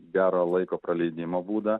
gero laiko praleidimo būdą